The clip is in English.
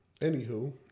Anywho